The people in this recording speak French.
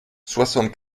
soixante